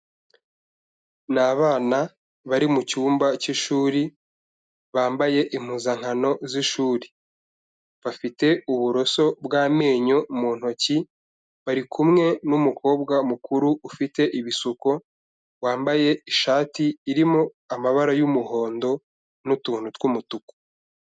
Ni abana bari mu cyumba cy'ishuri, bambaye impuzankano z'ishuri. Bafite uburoso bw'amenyo mu ntoki, bari kumwe n'umukobwa mukuru ufite ibisuko, wambaye ishati irimo amabara y'umuhondo n'utuntu tw'umutuku.